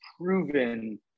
proven